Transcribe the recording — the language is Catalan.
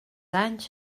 anys